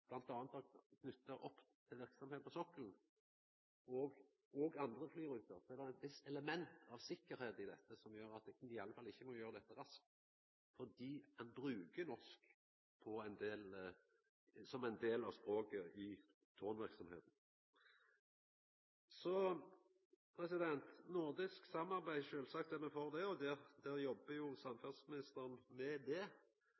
er knytt opp til verksemd på sokkelen og òg andre flyruter, vil eg seia at det er eit visst element av sikkerheit i dette, som gjer at vi iallfall ikkje må gjera dette raskt, fordi ein bruker norsk som ein del av språket i tårnverksemda. Så nordisk samarbeid: Sjølvsagt er me for det, og samferdselsministeren jobbar med det.